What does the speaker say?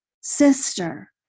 sister